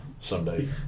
someday